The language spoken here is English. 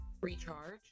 recharge